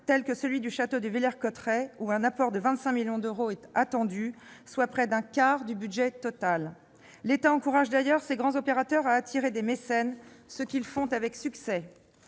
tels que celui du château de Villers-Cotterêts, où un apport de 25 millions d'euros est attendu, soit près d'un quart du budget total du projet. L'État encourage d'ailleurs ses grands opérateurs à attirer des mécènes, ce qu'ils font avec succès.